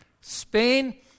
Spain